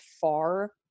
far